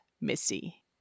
Missy